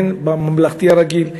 הן בממלכתי הרגיל,